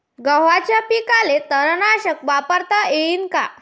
गव्हाच्या पिकाले तननाशक वापरता येईन का?